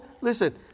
Listen